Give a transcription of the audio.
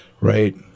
right